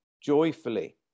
joyfully